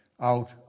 out